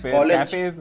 College